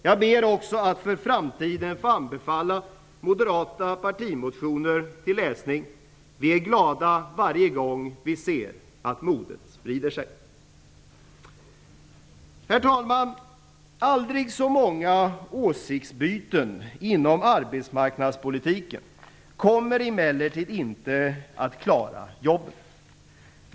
Jag ber också att för framtiden få anbefalla moderata partimotioner till läsning. Vi är glada varje gång vi ser att modet sprider sig. Herr talman! Aldrig så många åsiktsbyten inom arbetsmarknadspolitiken kommer emellertid inte att klara jobben.